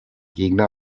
gegner